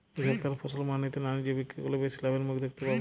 কৃষক তার ফসল মান্ডিতে না নিজে বিক্রি করলে বেশি লাভের মুখ দেখতে পাবে?